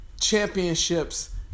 championships